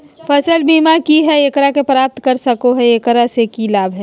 फसल बीमा की है, एकरा के प्राप्त कर सको है, एकरा से की लाभ है?